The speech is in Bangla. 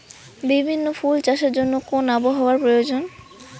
বিভিন্ন ফুল চাষের জন্য কোন আবহাওয়ার প্রয়োজন?